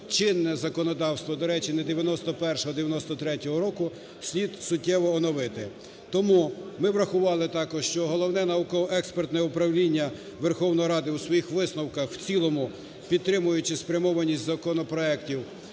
чинне законодавство, до речі, не 91-го, а 93-го року, слід суттєво оновити. Тому ми врахували також, що Головне науково-експертне управління Верховної Ради у своїх висновках, в цілому підтримуючи спрямованість законопроектів,